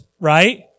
right